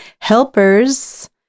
helpers